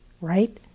right